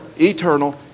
eternal